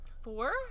Four